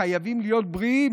חייבים להיות בריאים,